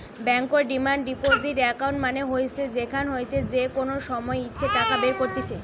বেঙ্কর demand deposit account মানে হইসে যেখান হইতে যে কোনো সময় ইচ্ছে টাকা বের কত্তিছে